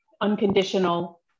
unconditional